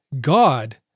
God